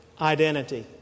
identity